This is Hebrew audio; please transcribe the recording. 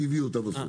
שהוא הביא אותה בסוף.